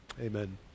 Amen